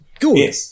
Good